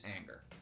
anger